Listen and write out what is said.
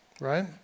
right